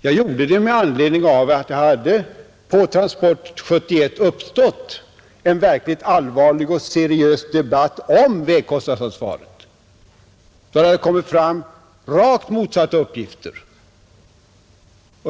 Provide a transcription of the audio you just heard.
Jag gjorde det med anledning av att det på ”Transport 71” hade uppstått en verkligt seriös debatt om vägkostnadsansvaret — det hade kommit fram rakt motsatta uppgifter.